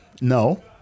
No